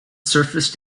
surface